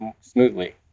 smoothly